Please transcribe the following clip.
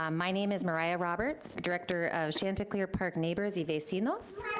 um my name is mariah roberts, director of chanticleer park neighbors vecinos.